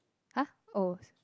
!huh! oh